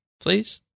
please